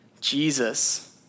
Jesus